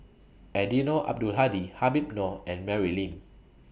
Eddino Abdul Hadi Habib Noh and Mary Lim